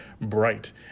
bright